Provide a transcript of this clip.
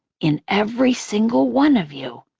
in every single one of you,